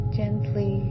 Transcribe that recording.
gently